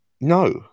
No